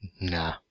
Nah